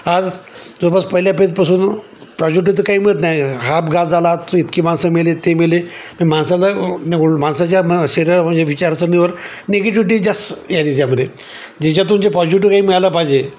आज जवळपास पहिल्या पेजपासून प्रॉजिटिव तर काही मिळत नाही हा पगात झाला त इतकी माणसं मेले ते मेले माणसाला माणसाच्या शरीरात म्हणजे विचारसणीवर निगेटिव्हिटी जास्त आली त्यामध्ये ज्याच्यातून जे पॉजिटिव्ह काही मिळाला पाहिजे